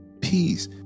Peace